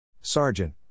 Sergeant